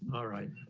alright.